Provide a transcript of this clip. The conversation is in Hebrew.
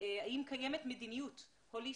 ארצה לשמוע האם קיימת מדיניות הוליסטית,